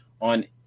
on